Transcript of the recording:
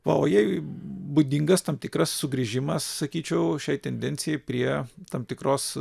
na o jai būdingas tam tikras sugrįžimas sakyčiau šiai tendencijai prie tam tikros